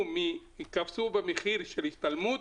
קפצו במחיר של ההשתלמות